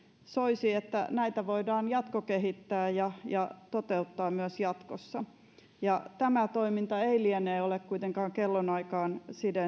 soisi että näitä voidaan jatkokehittää ja ja toteuttaa myös jatkossa tämä toiminta ei liene kuitenkaan kellonaikaan